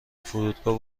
فرودگاه